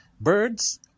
Birds